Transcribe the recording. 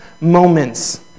moments